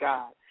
God